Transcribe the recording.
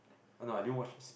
ah no I didn't watches